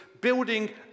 building